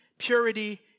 purity